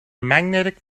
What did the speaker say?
magnetic